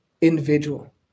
individual